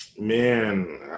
Man